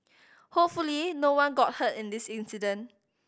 hopefully no one got hurt in this incident